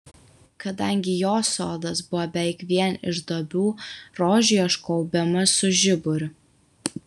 kadangi jos sodas buvo beveik vien iš duobių rožių ieškojau bemaž su žiburiu